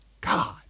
God